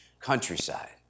countryside